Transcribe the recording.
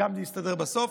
וגם זה הסתדר בסוף.